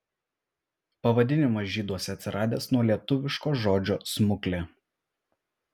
pavadinimas žyduose atsiradęs nuo lietuviško žodžio smuklė